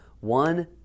one